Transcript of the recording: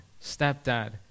stepdad